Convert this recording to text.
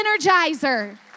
energizer